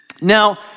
Now